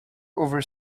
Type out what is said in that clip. over